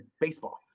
baseball